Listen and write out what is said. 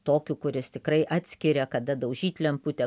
tokiu kuris tikrai atskiria kada daužyt lemputę